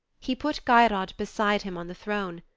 he put geirrod beside him on the throne,